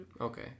Okay